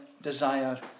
desire